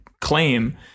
claim